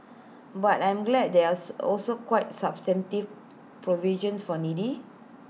but I'm glad there's also quite substantive provisions for needy